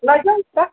लैजाउँ न त